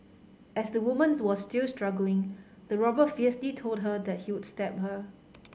as the woman's was still struggling the robber fiercely told her that he would stab her